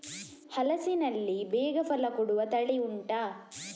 ಹಲಸಿನಲ್ಲಿ ಬೇಗ ಫಲ ಕೊಡುವ ತಳಿ ಉಂಟಾ